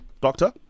doctor